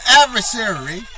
adversary